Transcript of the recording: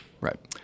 Right